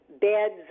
beds